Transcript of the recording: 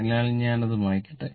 അതിനാൽ ഞാൻ അത് മായ്ക്കട്ടെ